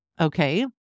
okay